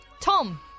Tom